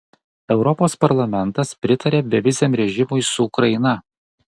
europos parlamentas pritarė beviziam režimui su ukraina